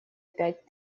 пять